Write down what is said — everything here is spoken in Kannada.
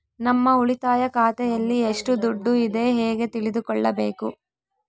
ನಮ್ಮ ಉಳಿತಾಯ ಖಾತೆಯಲ್ಲಿ ಎಷ್ಟು ದುಡ್ಡು ಇದೆ ಹೇಗೆ ತಿಳಿದುಕೊಳ್ಳಬೇಕು?